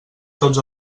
tots